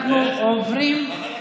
אני מציע שוועדת הכנסת תכריע בסוגיה.